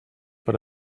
per